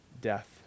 death